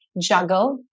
juggle